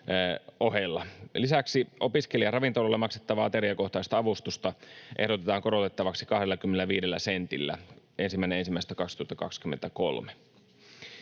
Lisäksi opiskelijaravintoloille maksettavaa ateriakohtaista avustusta ehdotetaan korotettavaksi 25 sentillä 1.1.2023.